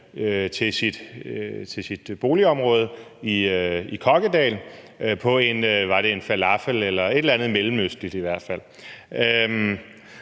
til sit boligområde i Kokkedal og bød mig på, var det en falafel eller et eller andet mellemøstligt i hvert fald,